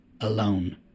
alone